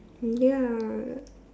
ya